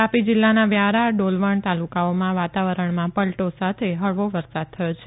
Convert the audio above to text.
તાપી જલ્લાના વ્યારા ડોલવણ તાલુકાઓમાં વાતાવરણમાં પલટો સાથે હળવો વરસાદ થયો છે